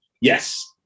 yes